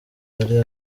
yari